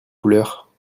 couleur